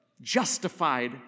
justified